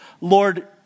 Lord